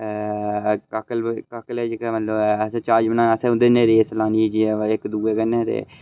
काकल काकले जेह्का मतलब ऐ असें ज्हाज बनाना असें ओह्दे कन्नै रेस लानी जाइयै इक दुए कन्नै ते